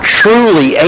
truly